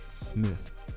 Smith